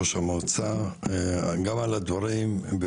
ראש המועצה גם על הדברים,